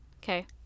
Okay